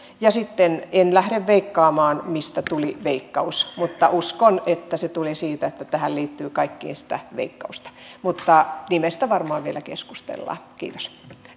ja sitten en lähde veikkaamaan mistä tuli veikkaus mutta uskon että se tuli siitä että tähän liittyy kaikkea sitä veikkausta mutta nimestä varmaan vielä keskustellaan kiitos